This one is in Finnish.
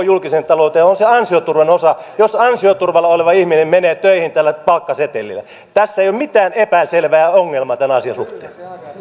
julkiseen talouteen on se ansioturvan osa jos ansioturvalla oleva ihminen menee töihin tällä palkkasetelillä tässä ei ole mitään epäselvää ongelmaa tämän asian suhteen